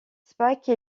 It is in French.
spike